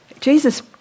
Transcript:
Jesus